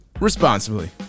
responsibly